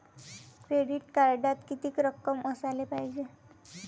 Credit कार्डात कितीक रक्कम असाले पायजे?